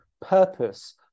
purpose